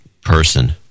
person